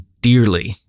dearly